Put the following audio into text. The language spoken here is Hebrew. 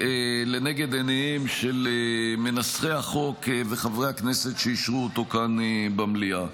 לנגד עיניהם של מנסחי החוק וחברי הכנסת שאישרו אותו כאן במליאה.